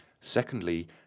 Secondly